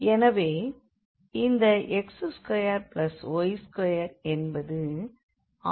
எனவே இந்த x2y2 என்பது r2ஆக மாறும்